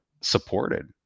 supported